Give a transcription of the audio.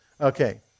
Okay